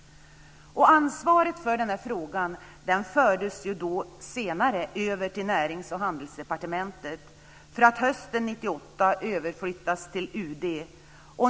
Ansvaret för frågan fördes senare över till Närings och handelsdepartementet för att hösten 1998 överflyttas till UD.